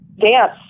dance